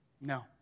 No